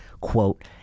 quote